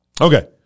Okay